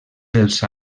dels